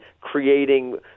creating